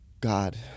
God